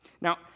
Now